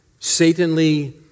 Satanly